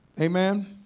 Amen